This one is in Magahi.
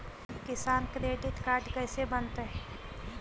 किसान क्रेडिट काड कैसे बनतै?